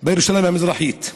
בירושלים המזרחית.